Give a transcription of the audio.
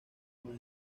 más